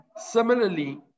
Similarly